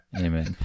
Amen